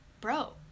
Bro